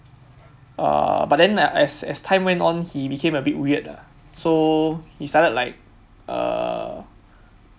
err but then as as time went on he became a bit weird lah so he started like err